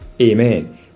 Amen